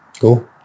Cool